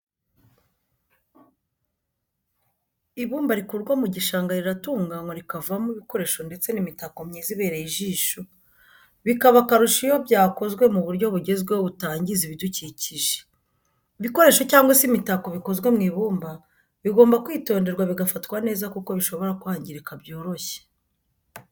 Ibumba rikurwa mu gishanga riratunganywa rikavamo ibikoresho ndetse n'imitako myiza ibereye ijisho, bikaba akarusho iyo byakozwe mu buryo bugezweho butangiza ibidukikije. Ibikoresho cyangwa se imitako bikozwe mu ibumba bigomba kwitonderwa bigafatwa neza kuko bishobora kwangirika byoroshye.